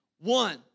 one